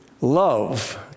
Love